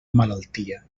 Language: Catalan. malaltia